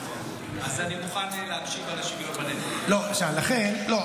אז אני מוכן להקשיב, על השוויון בנטל.